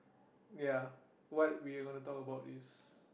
ya what we're going to talk about is